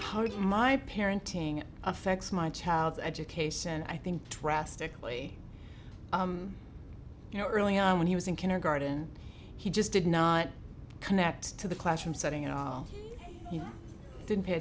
of my parenting affects my child's education and i think drastically you know early on when he was in kindergarten he just did not connect to the classroom setting at all he didn't pay